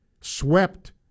swept